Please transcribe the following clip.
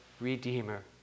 Redeemer